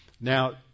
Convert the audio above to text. Now